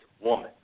woman